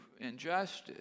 injustice